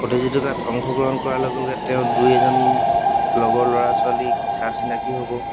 প্ৰতিযোগিতাত অংশগ্ৰহণ কৰাৰ লগে লগে তেওঁ দুই এজন লগৰ ল'ৰা ছোৱালীক চা চিনাকিও হ'ব